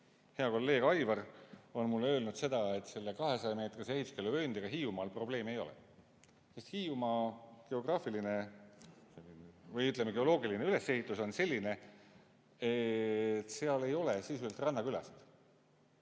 hea kolleeg Aivar on mulle öelnud, et selle 200‑meetrise ehituskeeluvööndiga Hiiumaal probleeme ei ole, sest Hiiumaa geograafiline või, ütleme, geoloogiline ülesehitus on selline, et seal ei ole sisuliselt rannakülasid.